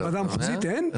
לוועדה המחוזית אין?